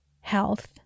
health